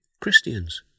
Christians